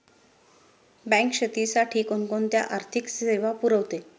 Bank शेतीसाठी कोणकोणत्या आर्थिक सेवा पुरवते?